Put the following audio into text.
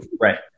Right